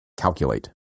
calculate